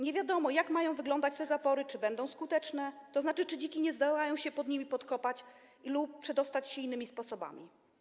Nie wiadomo, jak mają wyglądać te zapory, czy będą skuteczne, tzn. czy dziki nie zdołają się pod nimi podkopać lub przedostać się innymi sposobami.